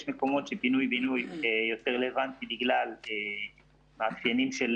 יש מקומות שפינוי בינוי יותר רלוונטי בגלל מאפיינים של